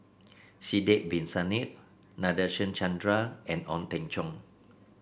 Sidek Bin Saniff Nadasen Chandra and Ong Teng Cheong